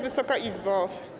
Wysoka Izbo!